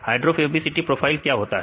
hydrophobicity profile क्या होता है